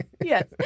Yes